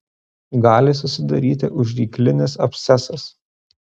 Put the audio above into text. gali susidaryti užryklinis abscesas